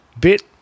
bit